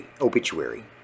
obituary